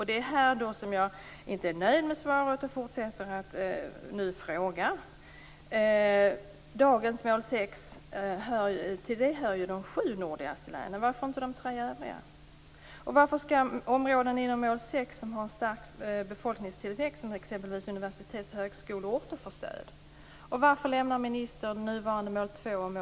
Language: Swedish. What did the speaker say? Det är här jag inte är nöjd med svaret och fortsätter att ställa frågor: Till dagens mål 6-område hör ju de sju nordligaste länen. Varför skall inte de tre övriga vara med? Varför skall de områden inom mål 6 som har en stark befolkningstillväxt, t.ex. universitets och högskoleorter, få stöd? Och varför lämnar ministern nuvarande mål 2